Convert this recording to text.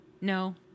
no